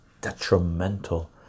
detrimental